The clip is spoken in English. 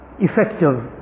effective